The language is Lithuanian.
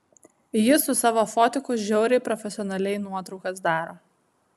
jis su savo fotiku žiauriai profesionaliai nuotraukas daro